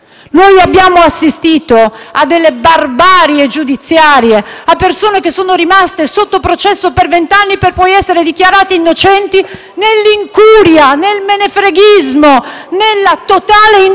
Noi abbiamo assistito a delle barbarie giudiziarie, a persone che sono rimaste sotto processo per vent'anni per poi essere dichiarate innocenti nell'incuria, nel menefreghismo, nella totale indifferenza